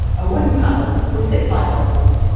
a wooden panel with six light bulbs on it.